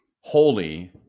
holy